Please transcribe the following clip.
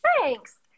Thanks